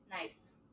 Nice